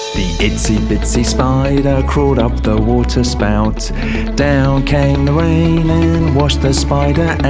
itsy bitsy spider crawled up the water spout down came the rain and washed the spider